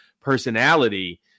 personality